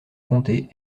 comté